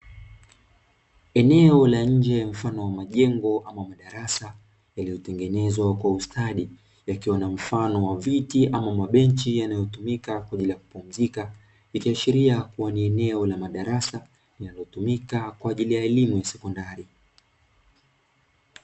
Eneo la nje mfano wa majengo ama madarasa yaliyotengenezwa kwa ustadi yakiwa na mfano wa viti ama mabenchi yanayotumika kwa ajili ya kupumzika, yakiashiria kuwa ni eneo la madarasa linalotumika kwa ajili ya elimu ya sekondari.